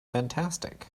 fantastic